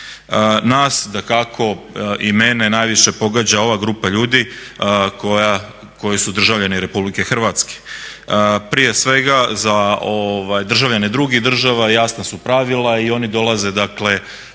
Nas dakako i mene najviše pogađa ova grupa ljudi koji su državljani RH. Prije svega za državljane drugih država jasna su pravila i oni dolaze, dakle